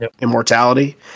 Immortality